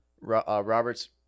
Robert's